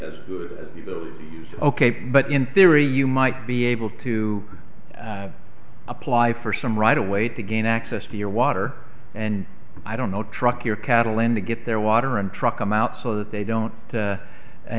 used ok but in theory you might be able to apply for some right away to gain access to your water and i don't know truck your cattle in to get their water and truck come out so that they don't